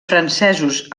francesos